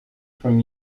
from